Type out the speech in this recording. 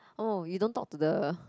oh you don't talk to the